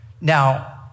Now